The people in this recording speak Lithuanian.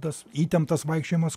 tas įtemptas vaikščiojimas